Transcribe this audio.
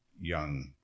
young